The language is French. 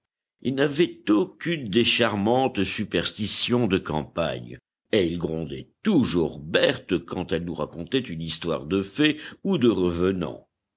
il n'avait aucune des charmantes superstitions de campagne et il grondait toujours berthe quand elle nous racontait une histoire de fée ou de revenant